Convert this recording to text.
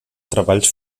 treballs